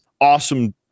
awesome